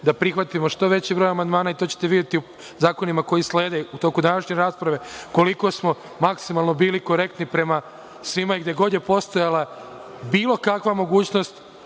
da prihvatimo što veći broj amandmana i to ćete videti u zakonima koji slede u toku današnje rasprave. Koliko smo maksimalno bili korektni prema svima i gde god je postojala bilo kakva mogućnost